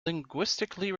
linguistically